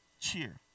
Cheer